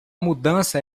mudança